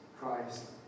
Christ